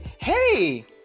hey